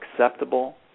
acceptable